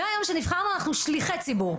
מהיום שנבחרנו אנחנו שליחי ציבור,